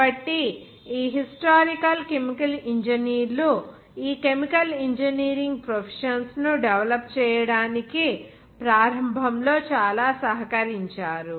కాబట్టి ఈ historical chemical ఇంజనీర్లు ఈ కెమికల్ ఇంజనీరింగ్ ప్రొఫెషన్స్ ను డెవలప్ చేయడానికి ప్రారంభంలో చాలా సహకరించారు